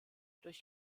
durch